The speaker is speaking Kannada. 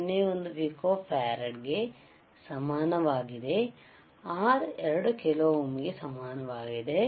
01 ಪಿಕೋಫಾರಾಡ್ ಗೆ ಸಮವಾಗಿದೆ ಮತ್ತು R 2 kilo ohm ಗೆ ಸಮವಾಗಿದೆ